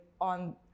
on